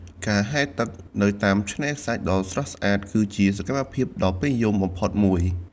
ការហែលទឹក នៅតាមឆ្នេរខ្សាច់ដ៏ស្រស់ស្អាតគឺជាសកម្មភាពដ៏ពេញនិយមបំផុតមួយ។